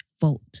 vote